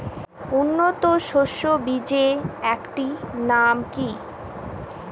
উন্নত সরষে বীজের একটি নাম কি?